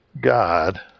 God